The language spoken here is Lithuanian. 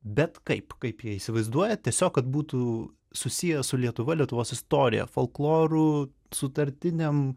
bet kaip kaip jie įsivaizduoja tiesiog kad būtų susiję su lietuva lietuvos istorija folkloru sutartinėm